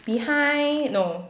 behind no